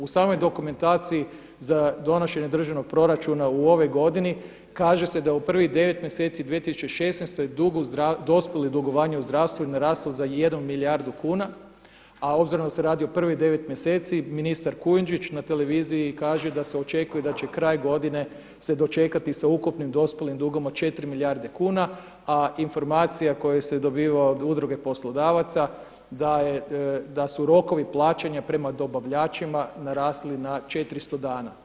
U samoj dokumentaciji za donošenje državnog proračuna u ovoj godini kaže se da u prvih 9 mjeseci 2016. dospjelo dugovanje u zdravstvu je naraslo za 1 milijardu kuna, a obzirom da se radi o prvih devet mjeseci ministar Kujundžić na televiziji kaže da se očekuje da će kraj godine se dočekati sa ukupnim dospjelim dugom od 4 milijarde kuna, a informacija koja se dobiva od Udruge poslodavaca da su rokovi plaćanja prema dobavljačima narasli na 400 dana.